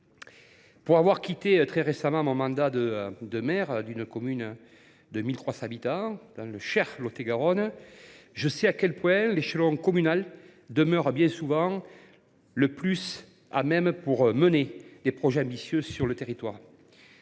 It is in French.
Pour avoir quitté très récemment mon mandat de maire d’un village de 1 300 habitants de mon cher Lot et Garonne, je sais à quel point l’échelon communal demeure bien souvent le plus à même de mener des projets ambitieux sur le territoire.